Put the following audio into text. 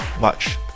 watch